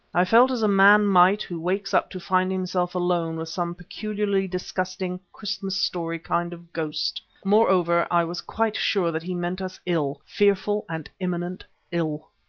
i felt as a man might who wakes up to find himself alone with some peculiarly disgusting christmas-story kind of ghost. moreover i was quite sure that he meant us ill, fearful and imminent ill.